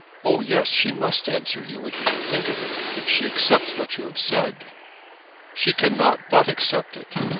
oh, yes she must answer you, if you will think of it. if she accepts what you have said she cannot but accept it.